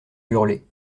hurler